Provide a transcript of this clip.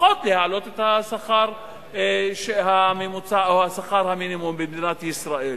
לפחות להעלות את שכר המינימום במדינת ישראל.